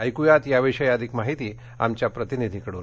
ऐक्रयात याविषयी अधिक माहिती आमच्या प्रतिनिधीकडून